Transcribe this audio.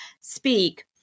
speak